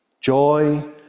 joy